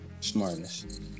smartness